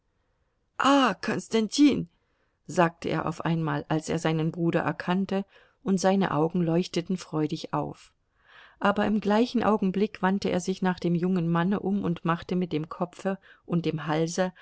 konstantin sagte er auf einmal als er seinen bruder erkannte und seine augen leuchteten freudig auf aber im gleichen augenblick wandte er sich nach dem jungen manne um und machte mit dem kopfe und dem halse